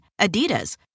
Adidas